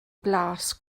blas